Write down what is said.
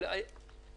אבל אני